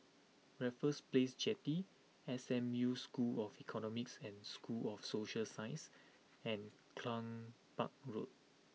Raffles Place Jetty S M U School of Economics and School of Social Sciences and Cluny Park Road